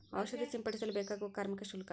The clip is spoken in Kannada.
ಔಷಧಿ ಸಿಂಪಡಿಸಲು ಬೇಕಾಗುವ ಕಾರ್ಮಿಕ ಶುಲ್ಕ?